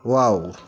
wow